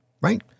right